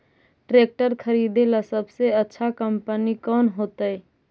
Tractor खरीदेला सबसे अच्छा कंपनी कौन होतई?